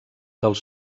dels